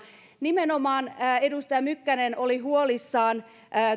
nimenomaan edustaja mykkänen oli huolissaan